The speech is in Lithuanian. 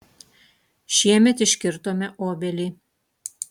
šiemet iškirtome obelį